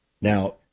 now